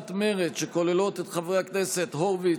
עודד פורר,